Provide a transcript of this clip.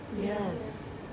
Yes